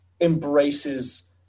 embraces